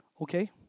okay